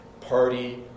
party